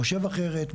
חושב אחרת,